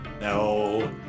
No